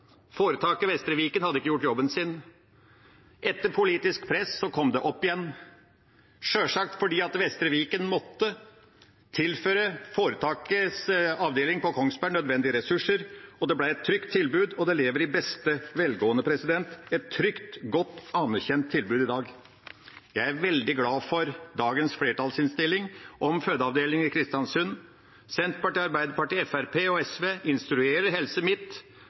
Foretaket Vestre Viken hadde ikke gjort jobben sin. Etter politisk press kom den opp igjen, sjølsagt fordi Vestre Viken måtte tilføre foretakets avdeling på Kongsberg nødvendige ressurser. Det ble et trygt tilbud, og det lever i beste velgående. Det er et trygt, godt, anerkjent tilbud i dag. Jeg er veldig glad for dagens flertallsinnstilling om fødeavdeling i Kristiansund. Senterpartiet, Arbeiderpartiet, Fremskrittspartiet og SV instruerer Helse